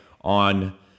on